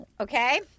Okay